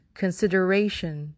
consideration